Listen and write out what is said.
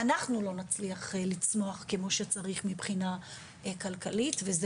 אנחנו לא נצליח לצמוח כמו שצריך מבחינה כלכלית" וזה